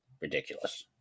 ridiculous